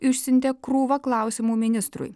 išsiuntė krūvą klausimų ministrui